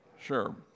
Sure